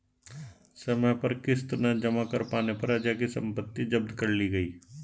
समय पर किश्त न जमा कर पाने पर अजय की सम्पत्ति जब्त कर ली गई